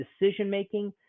decision-making